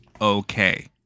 okay